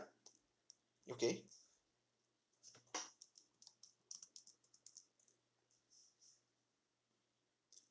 okay